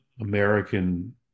American